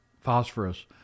phosphorus